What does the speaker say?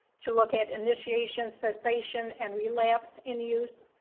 to look at initiation, cessation, and relapse in use,